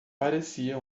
parecia